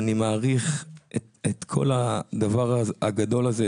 אני מעריך את כל הדבר הגדול הזה,